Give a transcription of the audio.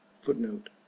footnote